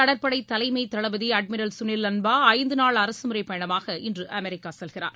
கடற்படை தலைமை தளபதி அட்மிரல் சுனில் லம்பா ஐந்துநாள் அரசமுறைப் பயணமாக இன்று அமெரிக்கா செல்கிறார்